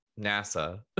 NASA